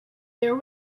there